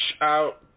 out